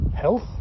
health